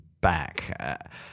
back